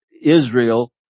Israel